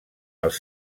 els